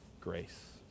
grace